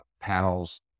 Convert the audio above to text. panels